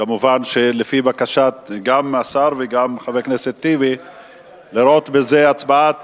כמובן לפי בקשת השר וגם חבר הכנסת טיבי לראות בזה הצבעת